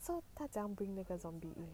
so 他怎样 bring 那个 zombie in